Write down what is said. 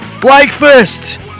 Breakfast